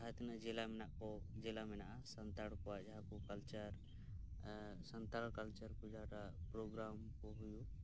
ᱡᱟᱦᱟᱸ ᱛᱤᱱᱟᱹᱜ ᱡᱮᱞᱟ ᱢᱮᱱᱟᱜ ᱠᱚ ᱡᱮᱞᱟ ᱢᱮᱱᱟᱜᱼᱟ ᱥᱟᱱᱛᱟᱲ ᱠᱚᱣᱟᱜ ᱡᱟᱦᱟᱸ ᱠᱚ ᱠᱟᱞᱪᱟᱨ ᱥᱟᱱᱛᱟᱲ ᱠᱟᱞᱪᱟᱨ ᱠᱚ ᱡᱟᱣᱨᱟᱜ ᱯᱨᱳᱜᱽᱟᱢ ᱠᱚ ᱦᱩᱭᱩᱜ